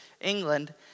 England